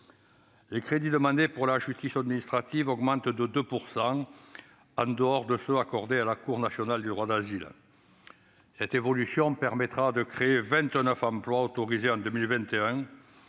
Les crédits demandés pour la justice administrative augmentent de 2 %, sauf ceux qui sont accordés à la Cour nationale du droit d'asile. Cette évolution permettra de créer, en 2021, 29 emplois autorisés,